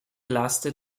lasted